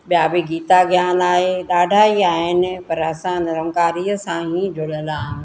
ॿिया बि गीता ज्ञान आहे ॾाढा ई आहिनि पर असां निरंकारीअ सां ई जुड़ियलु आहियूं